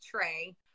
tray